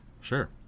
sure